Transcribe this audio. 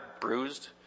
bruised